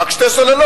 רק שתי סוללות.